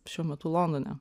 šiuo metu londone